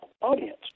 audience